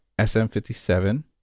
SM57